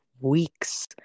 weeks